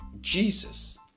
Jesus